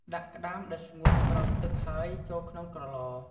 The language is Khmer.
ដាក់ក្ដាមដែលស្ងួតស្រស់ទឹកហើយ ចូលក្នុងក្រឡ។